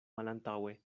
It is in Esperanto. malantaŭe